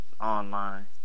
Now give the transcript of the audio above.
online